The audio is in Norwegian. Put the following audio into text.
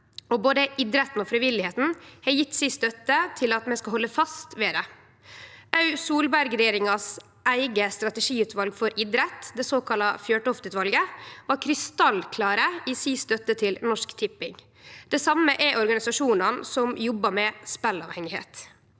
Både idretten og frivilligheita har støtta at vi skal halde fast ved det. Òg Solberg-regjeringas eige strategiutval for idrett, det såkalla Fjørtoft-utvalet, var krystallklart i si støtte til Norsk Tipping. Det same er organisasjonane som jobbar med speleavhengigheit.